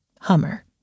Hummer